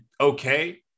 okay